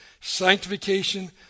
sanctification